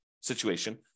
situation